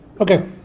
Okay